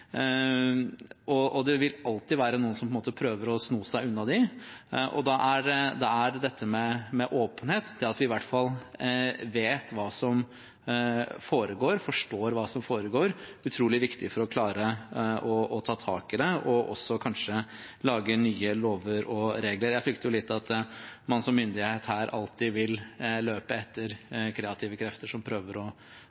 og det vil alltid være noen som på en måte prøver å sno seg unna dem, og da er dette med åpenhet – det at vi i hvert fall vet hva som foregår, forstår hva som foregår – utrolig viktig for å klare å ta tak i det og kanskje også for å lage nye lover og regler. Jeg frykter jo litt at man som myndighet her alltid vil løpe etter